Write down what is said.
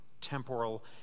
temporal